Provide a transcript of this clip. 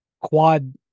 quad